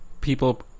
people